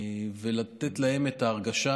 ולתת להם את ההרגשה